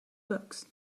books